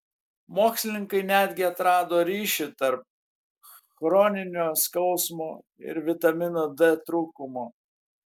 mokslininkai netgi atrado ryšį tarp chroninio skausmo ir vitamino d trūkumo